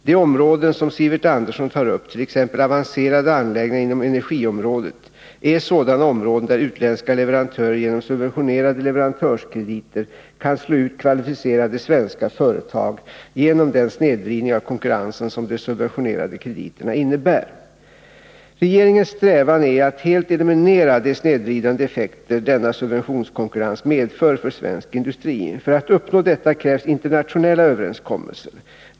De områden som Sivert Andersson tar upp, t.ex. avancerade anläggningar inom energiområdet, är sådana områden där utländska leverantörer genom subventionerade leverantörskrediter kan slå ut kvalificerade svenska företag genom den snedvridning av konkurrensen som de subventionerade krediterna innebär. Regeringens strävan är att helt eliminera de snedvridande effekter denna subventionskonkurrens medför för svensk industri. För att uppnå detta krävs internationella överenskommelser.